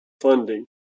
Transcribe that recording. funding